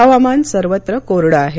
हवामान सर्वत्र कोरडं आहे